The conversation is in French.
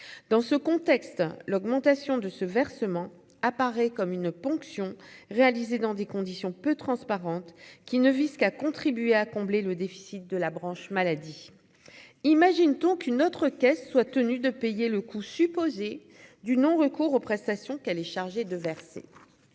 dans ce contexte, l'augmentation de ce versement apparaît comme une ponction réalisée dans des conditions peu transparente qui ne vise qu'à contribuer à combler le déficit de la branche maladie, imagine-t-on qu'une autre caisse soit tenus de payer le coût supposé du non-recours aux prestations qu'elle est chargée de verser